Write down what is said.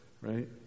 right